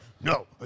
No